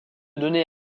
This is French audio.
données